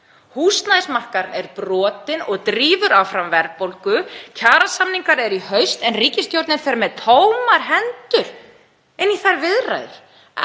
Húsnæðismarkaðurinn er brotinn og drífur áfram verðbólgu. Kjarasamningar eru í haust en ríkisstjórnin fer með tómar hendur inn í þær viðræður,